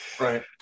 Right